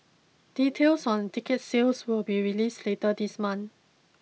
details on ticket sales will be released later this month